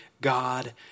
God